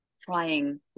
trying